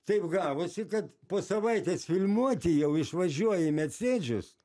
taip gavosi kad po savaitės filmuoti jau išvažiuoja medsėdžius